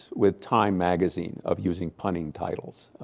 with time magazine of using punning titles.